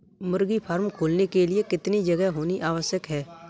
मुर्गी फार्म खोलने के लिए कितनी जगह होनी आवश्यक है?